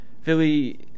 Philly